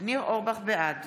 בעד